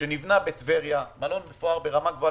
שנבנה בטבריה, מלון מפואר ברמה גבוהה.